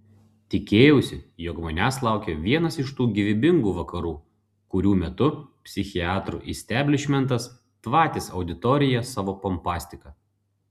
tikėjausi jog manęs laukia vienas iš tų gyvybingų vakarų kurių metu psichiatrų isteblišmentas tvatys auditoriją savo pompastika